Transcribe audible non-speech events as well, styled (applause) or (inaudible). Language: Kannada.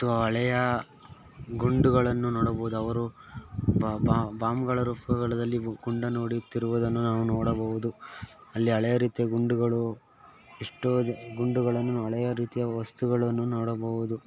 ಮತ್ತು ಹಳೆಯ ಗುಂಡುಗಳನ್ನು ನೋಡಬೌದು ಅವರು ಬಾಂಬುಗಳು (unintelligible) ಗುಂಡನ್ನು ಹೊಡೆಯುತ್ತಿರವುದನ್ನು ನಾವು ನೋಡಬೌದು ಅಲ್ಲಿ ಹಳೆಯ ರೀತಿಯ ಗುಂಡುಗಳು ಎಷ್ಟೋ ಗುಂಡುಗಳನ್ನು ಹಳೆಯ ರೀತಿಯ ವಸ್ತುಗಳನ್ನು ನೋಡಬೌದು